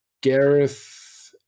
Gareth